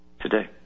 today